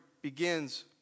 begins